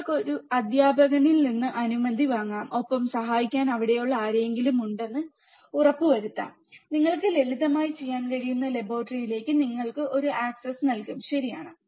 നിങ്ങൾക്ക് ഒരു അധ്യാപകനിൽ നിന്ന് അനുമതി വാങ്ങാം ഒപ്പം സഹായിക്കാൻ അവിടെയുള്ള ആരെങ്കിലും ഉണ്ടെന്ന് എനിക്ക് ഉറപ്പുണ്ട് നിങ്ങൾക്ക് ലളിതമായി ചെയ്യാൻ കഴിയുന്ന ലബോറട്ടറിയിലേക്ക് നിങ്ങൾക്ക് ഒരു ആക്സസ് നൽകും ശരിയാണ്